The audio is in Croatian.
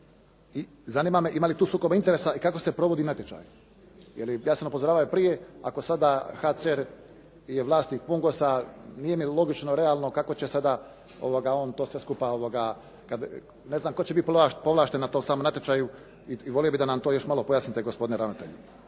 Zanima me ima li tu sukoba interesa i kako se provodi natječaj. Ja sam upozoravao i prije, ako sada HCR je vlasnik “Mungosa“ nije mi logično realno kako će sada on to sve skupa, ne znam tko će biti povlašten na tom samom natječaju i volio bih da nam to još malo pojasnite gospodine ravnatelju.